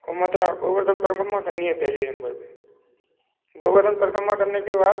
और मथुरा गोवर्धन परिक्रमा करनी है पहले नंबर पर गोवर्धन परिक्रमा करने के बाद